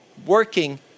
working